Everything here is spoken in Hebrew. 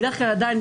בדרך כלל עדיין,